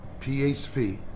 PHP